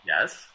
Yes